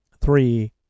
three